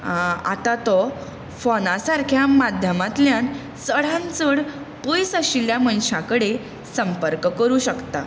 आतां तो फोना सारक्या माध्यमांतल्यान चडांत चड पयस आशिल्ल्या मनशां कडेन संपर्क करूंक शकता